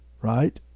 right